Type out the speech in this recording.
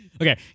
Okay